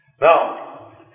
Now